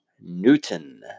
Newton